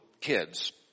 kids